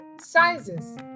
Sizes